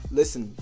listen